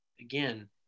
again